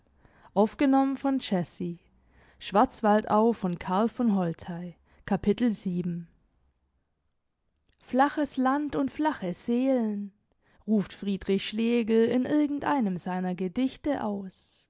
kapitel flaches land und flache seelen ruft friedrich schlegel in irgend einem seiner gedichte aus